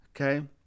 okay